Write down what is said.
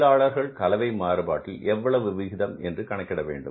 தொழிலாளர் கலவை மாறுபாட்டில் எவ்வளவு விகிதம் என்பதை கணக்கிட வேண்டும்